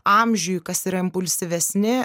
amžiui kas yra impulsyvesni